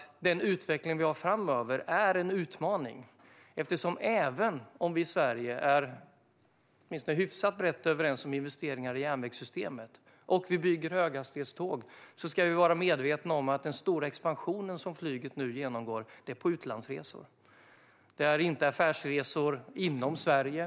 Den utveckling som vi har framöver är en utmaning. För även om vi i Sverige är åtminstone hyfsat brett överens om investeringar i järnvägssystemet och bygger höghastighetståg ska vi vara medvetna om att den stora expansion som flyget nu genomgår handlar om utlandsresor. Det gäller inte affärsresor inom Sverige.